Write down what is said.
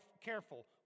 careful